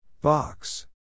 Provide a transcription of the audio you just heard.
Box